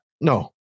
No